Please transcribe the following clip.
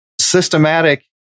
systematic